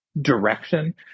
direction